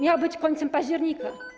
Miał być z końcem października.